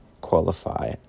qualify